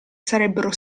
sarebbero